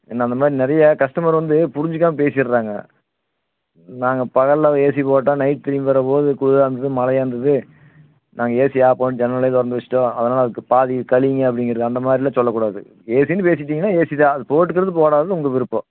ஏன்னா அந்தமாதிரி நிறைய கஸ்டமர் வந்து புரிஞ்சுக்காம பேசிடுறாங்க நாங்கள் பகலில் ஏசி போட்டால் நைட் திரும்பி வரும் போது குளிராக இருந்தது மழையாக இருந்தது நாங்கள் ஏசியை ஆஃப் பண்ணிட்டோம் ஜன்னலையே திறந்து வச்சுட்டோம் அதனால் அதுக்கு பாதி கழிங்க அப்டிங்கிறது அந்தமாதிரில்லாம் சொல்லக்கூடாது ஏசின்னு பேசிட்டிங்கன்னா ஏசி தான் அது போட்டுக்கிறதும் போடாததும் உங்கள் விருப்பம்